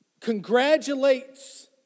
congratulates